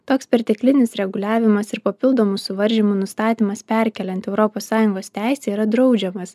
toks perteklinis reguliavimas ir papildomų suvaržymų nustatymas perkeliant europos sąjungos teisę yra draudžiamas